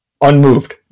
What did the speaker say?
Unmoved